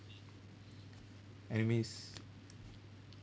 anyways